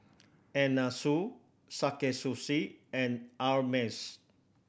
Anna Sui Sakae Sushi and Ameltz